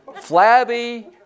Flabby